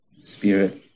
spirit